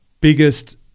biggest